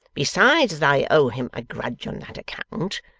besides that i owe him a grudge on that account,